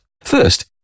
First